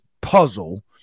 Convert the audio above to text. puzzle